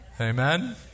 Amen